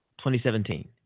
2017